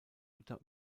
luther